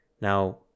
Now